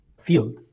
field